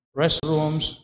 restrooms